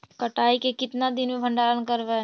कटाई के कितना दिन मे भंडारन करबय?